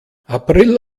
april